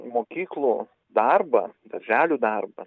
mokyklų darbą darželių darbą